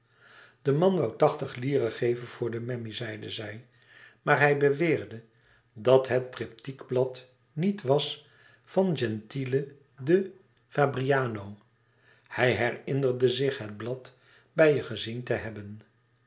de man woû tachtig lire geven voor den memmi zeide zij maar hij beweerde dat het tryptiekblad niet was van gentile da fabriano hij herinnerde zich het blad bij je gezien te hebben